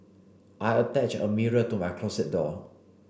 I attach a mirror to my closet door